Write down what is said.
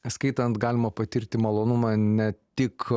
skaitant galima patirti malonumą ne tik